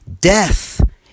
Death